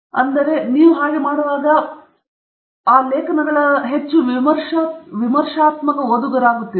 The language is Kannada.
ಆ ಪ್ರಕ್ರಿಯೆಯಲ್ಲಿ ನೀವು ಆ ಪೇಪರ್ಗಳ ಹೆಚ್ಚು ವಿಮರ್ಶಾತ್ಮಕ ಓದುಗರಾಗುತ್ತೀರಿ